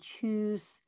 choose